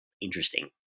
interesting